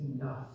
enough